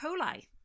coli